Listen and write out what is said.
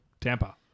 Tampa